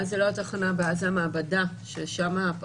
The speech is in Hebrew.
אבל אז זאת לא התחנה, אלא המעבדה שם הפקק.